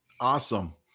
Awesome